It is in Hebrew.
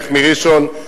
לך מראשון,